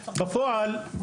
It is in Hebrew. בפועל,